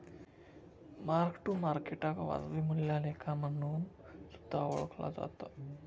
mark to मार्केटाक वाजवी मूल्या लेखा म्हणून सुद्धा ओळखला जाता